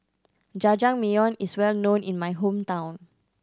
Jajangmyeon is well known in my hometown